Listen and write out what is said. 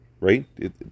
right